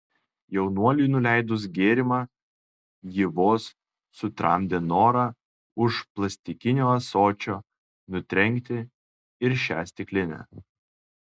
jaunuoliui nuleidus gėrimą ji vos sutramdė norą už plastikinio ąsočio nutrenkti ir šią stiklinę